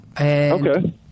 Okay